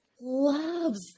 loves